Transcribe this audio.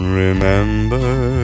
remember